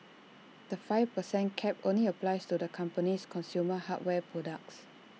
the five per cent cap only applies to the company's consumer hardware products